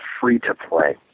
free-to-play